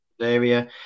area